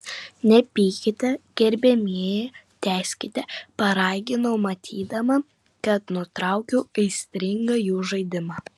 nepykite gerbiamieji tęskite paraginau matydama kad nutraukiau aistringą jų žaidimą